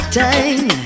time